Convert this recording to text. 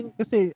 kasi